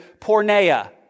pornea